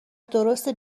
درسته